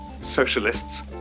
socialists